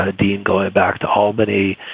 ah db going back to albany,